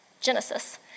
Genesis